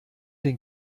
den